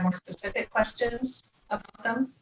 um like specific questions of them.